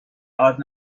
آرد